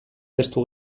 testu